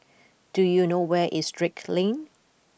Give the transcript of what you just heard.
do you know where is Drake Lane